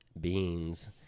beans